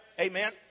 Amen